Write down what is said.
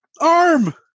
arm